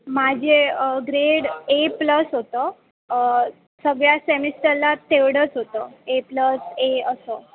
माझे grade A plus होतं सगळ्या सेमिस्टरला तेवढंच होतं ए प्लस ए असं